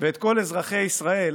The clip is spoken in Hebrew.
ואת כל אזרחי ישראל